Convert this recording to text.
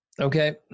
Okay